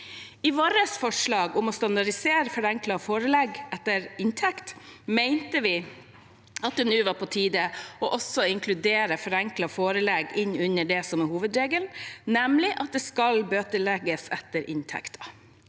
I vårt forslag, om å standardisere forenklet forelegg etter inntekt, mente vi det var på tide å inkludere forenklede forelegg i det som er hovedregelen, nemlig at det skal bøtelegges etter inntekten.